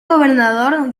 gobernador